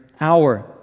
hour